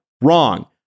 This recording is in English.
Wrong